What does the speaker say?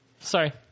Sorry